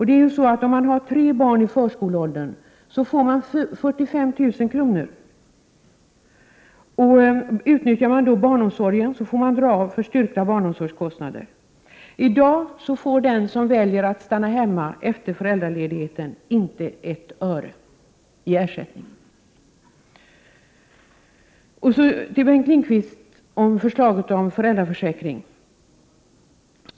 Den som har tre barn i förskoleåldern får 45 000 kr., och den som utnyttjar barnomsorgen får dra av för styrkta barnomsorgskostnader. I dag får den som väljer att stanna hemma efter föräldraledigheten inte ett öre i ersättning. Så vill jag gå över till Bengt Lindqvist och förslaget om föräldraförsäkring.